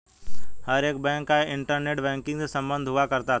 हर एक बैंक का internet banking से सम्बन्ध हुआ करता है